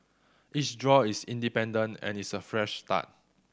each draw is independent and is a fresh start